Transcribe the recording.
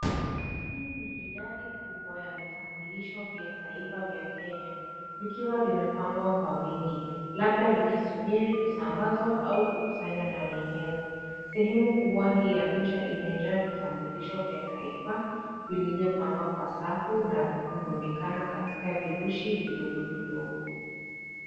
Idadi kubwa ya vitambulisho vya taifa vya Kenya vikiwa vimepangwa kwa wingi labda vikisubiri kusabazwa au kukusanywa na wenyewe. Sehemu kubwa hii ya picha imejaa vitambulisho vya taufa vilivyopangwa kwa safu na kurudikana katika virushi vidogovidogo.